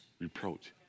reproach